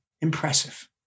impressive